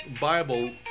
Bible